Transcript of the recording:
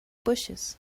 bushes